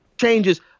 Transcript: changes